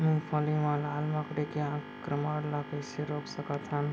मूंगफली मा लाल मकड़ी के आक्रमण ला कइसे रोक सकत हन?